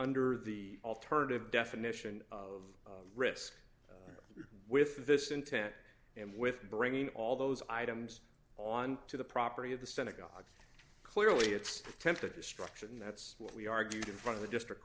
under the alternative definition of risk with this intent and with bringing all those items on to the property of the synagogue clearly it's attempted destruction that's what we argued in front of the district